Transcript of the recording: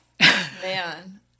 man